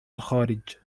الخارج